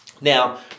Now